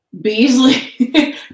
Beasley